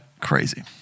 Crazy